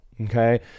Okay